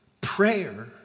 prayer